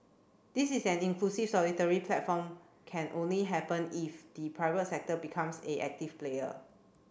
this is an inclusive solidary platform can only happen if the private sector becomes a active player